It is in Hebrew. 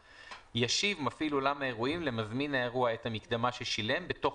ישיב מפעיל אולם האירועים למזמין האירוע את המקדמה ששילם בתוך